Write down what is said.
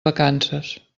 vacances